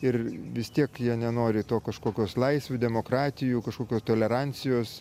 ir vis tiek jie nenori to kažkokios laisvių demokratijų kažkokio tolerancijos